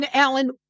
Alan